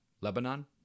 Lebanon